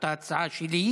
את אותה הצעה שלי,